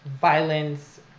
violence